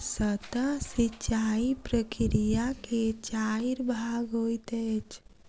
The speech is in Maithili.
सतह सिचाई प्रकिया के चाइर भाग होइत अछि